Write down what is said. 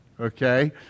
Okay